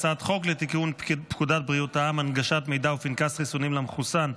לתיקון פקודת בריאות העם (הנגשת מידע ופנקס חיסונים למחוסן),